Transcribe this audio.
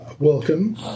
Welcome